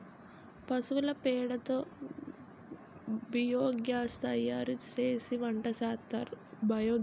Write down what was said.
పశువుల పేడ తో బియోగాస్ తయారుసేసి వంటసేస్తారు